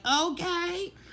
okay